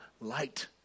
light